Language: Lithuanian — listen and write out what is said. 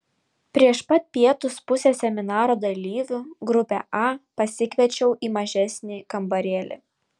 prieš pat pietus pusę seminaro dalyvių grupę a pasikviečiau į mažesnį kambarėlį